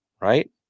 Right